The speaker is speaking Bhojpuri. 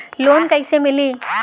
लोन कईसे मिली?